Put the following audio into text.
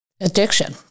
addiction